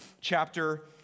chapter